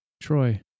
Troy